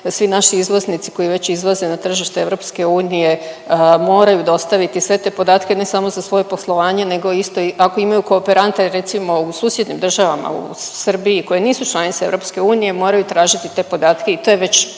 svi naši izvoznici koji već izvoze na tržište EU moraju dostaviti sve te podatke, ne samo za svoje poslovanje nego isto ako imaju kooperante recimo u susjednim državama, u Srbiji koje nisu članice EU, moraju tražiti te podatke i to je već